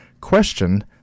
question